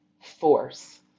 force